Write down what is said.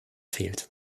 fehlt